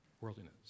Worldliness